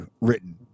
written